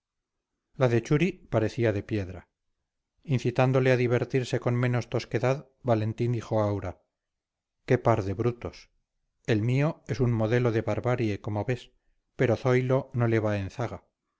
parecía de piedra incitándole a divertirse con menos tosquedad valentín dijo a aura qué par de brutos el mío es un modelo de barbarie como ves pero zoilo no le va en